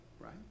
right